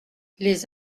les